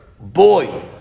boy